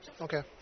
Okay